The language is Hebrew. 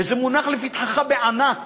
זה מונח לפתחך בענק.